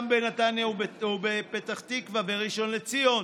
גם בנתניה ובפתח תקווה וראשון לציון